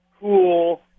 cool